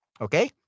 Okay